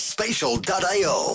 Spatial.io